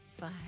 Bye